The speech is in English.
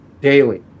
daily